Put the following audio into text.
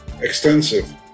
extensive